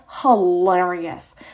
hilarious